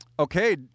Okay